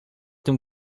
tym